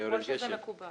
היינו צריכים